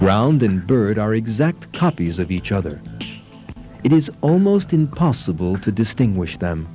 ground and bird are exact copies of each other it is almost impossible to distinguish them